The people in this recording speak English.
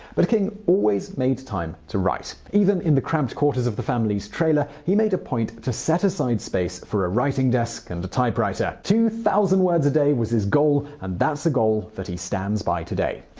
but king always made time to write. even in the cramped quarters of the family's trailer, he made a point to set aside space for a writing desk and typewriter. two thousand words a day was his goal, and that's a goal he stands by today.